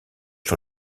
sur